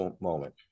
moment